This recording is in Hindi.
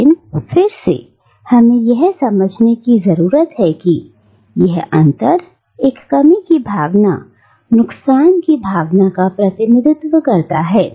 लेकिन फिर से हमें यह समझने की जरूरत है कि यह अंतर एक कमी की भावना नुकसान की भावना का प्रतिनिधित्व करता है